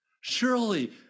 Surely